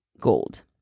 gold